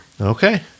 Okay